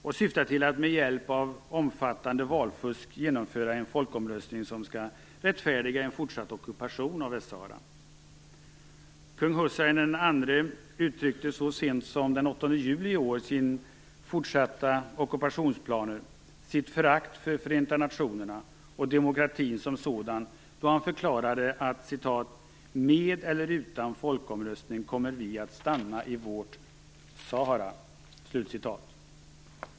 Den syftar till att med omfattande valfusk genomföra en folkomröstning som skall rättfärdiga en fortsatt ockupation av Västsahara. Kung Hussein II uttryckte så sent som den 8 juli i år sina fortsatta ockupationsplaner, sitt förakt för Förenta nationerna och för demokratin som sådan, då han förklarade att: "Med eller utan folkomröstning kommer vi att stanna i vårt Sahara."